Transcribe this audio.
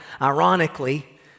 ironically